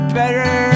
better